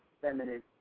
feminine